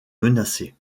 menacée